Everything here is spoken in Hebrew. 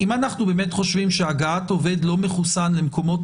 אם אנחנו באמת חושבים שהגעת עובד לא מחוסן למקומות